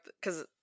because-